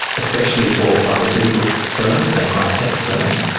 especially for pharmaceutical firms and high-tech firms,